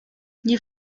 nie